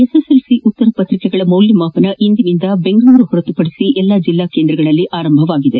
SSLC ಉತ್ತರಪತ್ರಿಕೆಗಳ ಮೌಲ್ಯಮಾಪನ ಇಂದಿನಿಂದ ಬೆಂಗಳೂರು ಹೊರತುಪಡಿಸಿ ಎಲ್ಲಾ ಜಿಲ್ಲಾ ಕೇಂದ್ರಗಳಲ್ಲಿ ಪ್ರಾರಂಭವಾಗಿದೆ